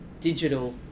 digital